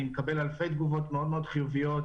אני מקבל אלפי תגובות מאוד-מאוד חיוביות.